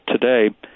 today